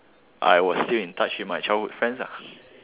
I was still in touch with my childhood friends ah